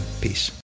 peace